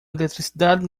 eletricidade